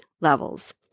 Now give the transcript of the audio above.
levels